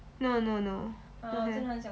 no no no too bad